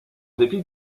dépit